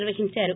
నిర్వహించారు